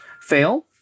fail